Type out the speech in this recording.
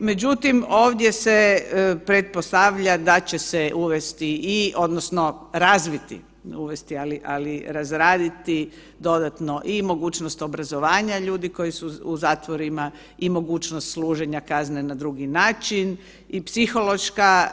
Međutim, ovdje se pretpostavlja da će se uvesti odnosno razviti, uvesti ali razraditi dodatno i mogućnost obrazovanja ljudi koji su u zatvorima i mogućnost služenja kazne na drugi način i psihološka